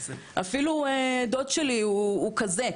אפילו דוד שלי הוא כזה.